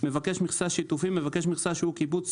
"מבקש מכסה שיתופי" מבקש מכסה שהוא קיבוץ